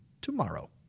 tomorrow